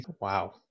Wow